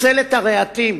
פיצל ברהטים